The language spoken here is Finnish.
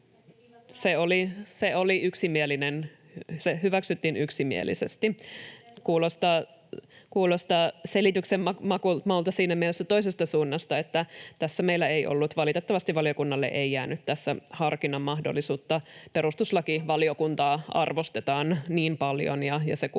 Mites lausumaesitys?] — Kuulostaa selityksen maulta siinä mielessä toisesta suunnasta, että tässä meille, valiokunnalle ei valitettavasti jäänyt harkinnan mahdollisuutta. Perustuslakivaliokuntaa arvostetaan niin paljon, ja se kuuluu